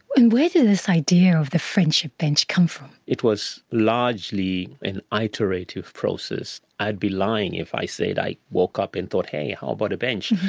and where did this idea of the friendship bench come from? it was largely an iterative process. i'd be lying if i said i woke up and thought, hey, how about a bench.